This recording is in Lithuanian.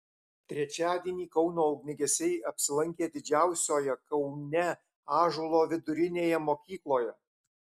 trečiadienį kauno ugniagesiai apsilankė didžiausioje kaune ąžuolo vidurinėje mokykloje